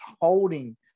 holding